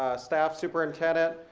staff, superintendent.